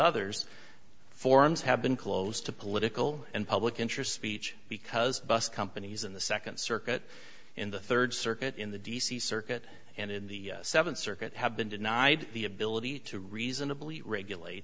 others forms have been close to political and public interest speech because bus companies in the second circuit in the third circuit in the d c circuit and in the seventh circuit have been denied the ability to reasonably regulate